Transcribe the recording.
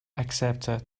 accepted